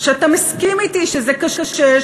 שאתה מסכים אתי שזה קשה,